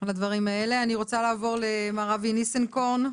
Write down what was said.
אני רוצה לעבור למר אבי ניסנקורן,